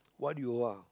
what do you O R